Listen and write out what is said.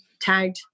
tagged